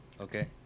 okay